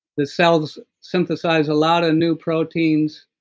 the cells synthesize a lot of new proteins,